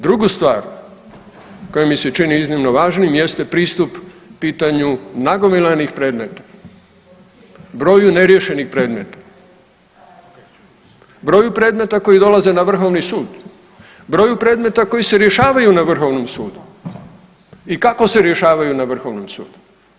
Drugu stvar koja mi se čini iznimno važnim jeste pristup pitanju nagomilanih predmeta, broju neriješenih predmeta, broju predmeta koji dolaze na Vrhovni sud, broju predmeta koji se rješavaju na Vrhovnom sudu i kako se rješavaju na Vrhovnom sudu.